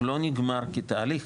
הוא לא נגמר כתהליך,